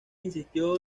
insistió